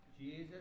Jesus